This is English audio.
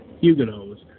Huguenots